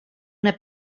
una